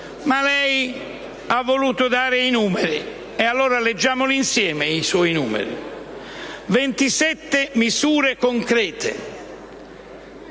Ma lei ha voluto dare i numeri e allora leggiamoli insieme i suoi numeri: 27 misure concrete;